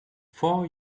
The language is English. four